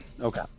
Okay